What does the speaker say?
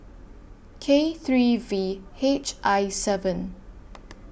K three V H I seven